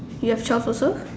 you have twelve also